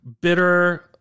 bitter